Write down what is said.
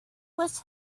was